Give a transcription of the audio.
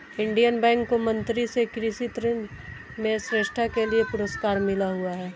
Indian Bank को मंत्री से कृषि ऋण में श्रेष्ठता के लिए पुरस्कार मिला हुआ हैं